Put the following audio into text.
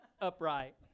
upright